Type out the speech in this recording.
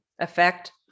effect